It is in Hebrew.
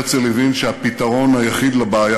הרצל הבין שהפתרון היחיד לבעיה